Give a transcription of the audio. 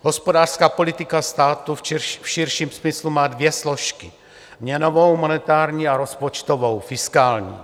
Hospodářská politika státu v širším smyslu má dvě složky, měnovou monetární a rozpočtovou fiskální.